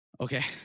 Okay